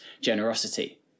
generosity